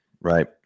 Right